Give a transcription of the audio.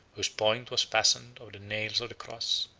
whose point was fashioned of the nails of the cross,